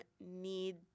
need